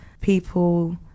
people